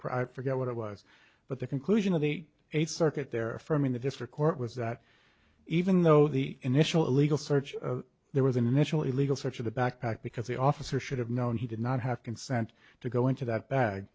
cry forget what it was but the conclusion of the eight eighth circuit there affirming the district court was that even though the initial illegal search there was an initial illegal search of the backpack because the officer should have known he did not have consent to go into that bag